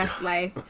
Life